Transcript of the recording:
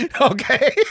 Okay